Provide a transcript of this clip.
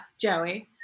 Joey